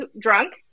drunk